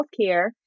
healthcare